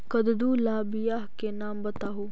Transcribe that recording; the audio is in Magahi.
कददु ला बियाह के नाम बताहु?